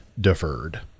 deferred